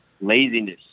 laziness